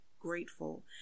grateful